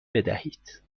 بدهید